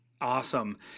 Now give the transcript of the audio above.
Awesome